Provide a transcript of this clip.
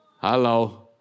Hello